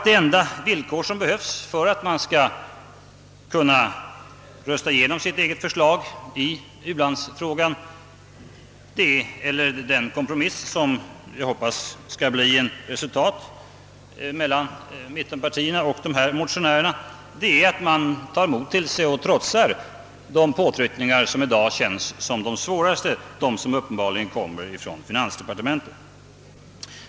Det enda villkor som behövs för att man skall kunna rösta igenom sitt eget förslag i u-landsfrågan — eller den kompromiss mellan mittenpartierna och dessa motionärer som jag hoppas skall komma till stånd är att man tar mod till sig och trotsar de påtryckningar som i dag känns svårast, de som uppenbarligen kommer från finansdepartementet.